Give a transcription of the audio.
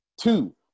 two